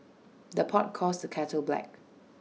the pot calls the kettle black